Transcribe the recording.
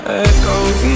echoes